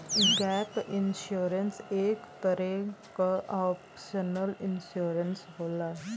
gap insurance एक तरे क ऑप्शनल इंश्योरेंस होला